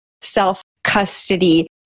self-custody